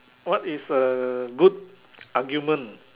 what is a good argument